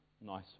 nice